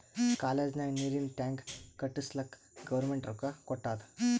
college ನಾಗ್ ನೀರಿಂದ್ tank ಕಟ್ಟುಸ್ಲಕ್ ಗೌರ್ಮೆಂಟ್ ರೊಕ್ಕಾ ಕೊಟ್ಟಾದ್